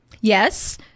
yes